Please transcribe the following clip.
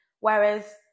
Whereas